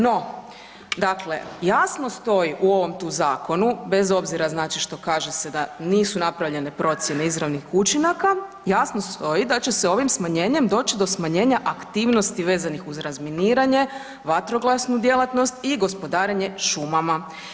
No, dakle jasno stoji u ovom tu zakonu bez obzira znači što kaže se da nisu napravljene procjene izravnih učinaka, jasno stoji da će se ovim smanjenjem doći do smanjenja aktivnosti vezanih uz razminiranje, vatrogasnu djelatnost i gospodarenje šumama.